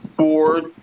Board